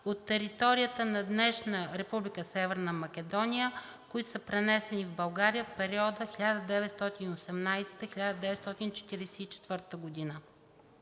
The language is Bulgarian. от територията на днешна Република Северна Македония, които са пренесени в България в периода 1918 – 1944 г.